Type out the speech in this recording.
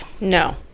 no